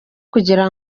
kugira